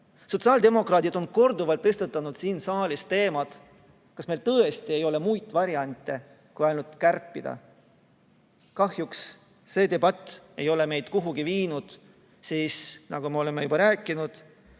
Sotsiaaldemokraadid on korduvalt tõstatanud siin saalis teema, kas meil tõesti ei ole muid variante kui ainult kärpida. Kahjuks see debatt ei ole meid kuhugi viinud. Nagu me oleme juba rääkinud,